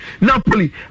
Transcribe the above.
Napoli